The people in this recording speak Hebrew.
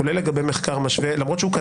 כולל לגבי מחקר משווה,